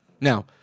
Now